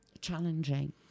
challenging